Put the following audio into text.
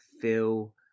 feel